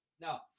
Now